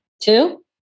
Two